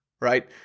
right